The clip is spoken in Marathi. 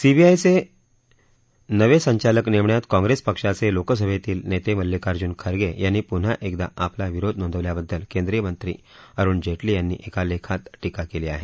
सीबीआयचे नवं संचालक नेमण्यात काँप्रेस पक्षाचे लोकसभेतील नेते मल्लीकार्जून खगें यांनी पुन्हा एकदा आपला विरोध नोंदविल्याबद्दल केंद्रीय मंत्री अरुण जेटली यांनी एका लेखात टीका केली आहे